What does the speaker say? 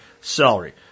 celery